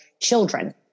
children